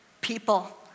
people